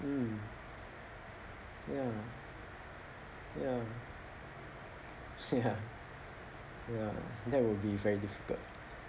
mm ya ya ya ya that would be very difficult